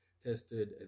tested